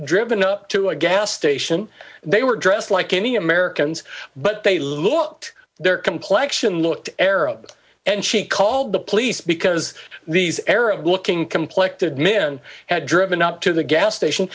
driven up to a gas station they were dressed like any americans but they looked their complection looked arab and she called the police because these arab looking complected men had driven up to the gas station